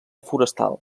forestal